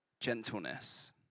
gentleness